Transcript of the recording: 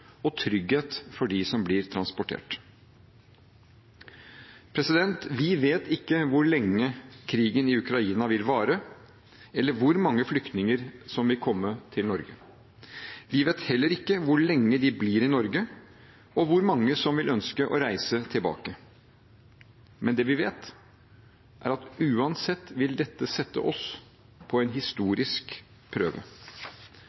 og trygghet for dem som blir transportert. Vi vet ikke hvor lenge krigen i Ukraina vil vare, eller hvor mange flyktninger som vil komme til Norge. Vi vet heller ikke hvor lenge de blir i Norge, og hvor mange som vil ønske å reise tilbake. Men det vi vet, er at uansett vil dette sette oss på en